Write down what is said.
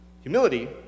Humility